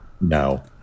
No